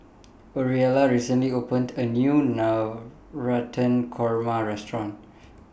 Orelia recently opened A New Navratan Korma Restaurant